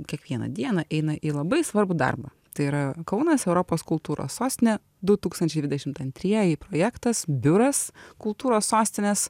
kiekvieną dieną eina į labai svarbų darbą tai yra kaunas europos kultūros sostinė du tūkstančiai dvidešimt antrieji projektas biuras kultūros sostinės